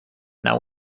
now